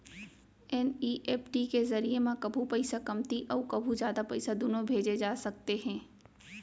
NEFT के जरिए म कभू पइसा कमती अउ कभू जादा पइसा दुनों भेजे जा सकते हे